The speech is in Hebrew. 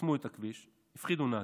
חסמו את הכביש, הפחידו נהגים,